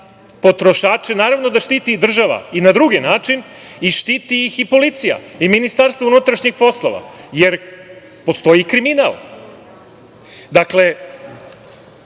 Potrošače naravno da štiti država i na drugi način, štiti ih i policija i Ministarstvo unutrašnjih poslova, jer postoji kriminal. Jedan